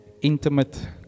intimate